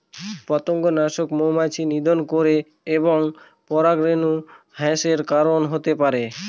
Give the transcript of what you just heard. পতঙ্গনাশক মৌমাছি নিধন করে এবং পরাগরেণু হ্রাসের কারন হতে পারে